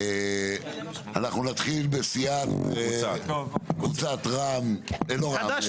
אנחנו נתחיל בקבוצת חד"ש